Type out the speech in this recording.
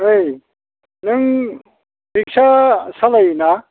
ओइ नों रिक्सा सालायो ना